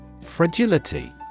Fragility